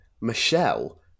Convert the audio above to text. Michelle